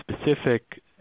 specific